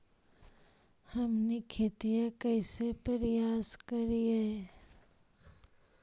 हमनी खेतीया कइसे परियास करियय?